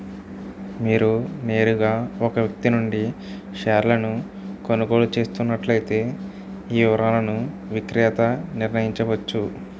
మీరు నేరుగా ఒక వ్యక్తి నుండి షేర్లను కొనుగోలు చేస్తున్నట్లయితే ఈ వివరాలను విక్రేత నిర్ణయించవచ్చు